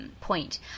point